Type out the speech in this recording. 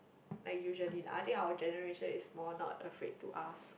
like usually lah I think our generation is more not afraid to ask